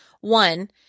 one